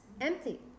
empty